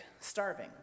starving